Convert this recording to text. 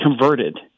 converted